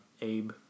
Abe